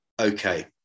Okay